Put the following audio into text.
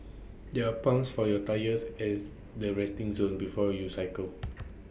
there are pumps for your tyres as the resting zone before you cycle